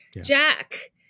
Jack